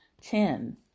Ten